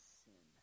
sin